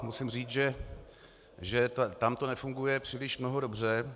Musím říct, že tam to nefunguje příliš mnoho dobře.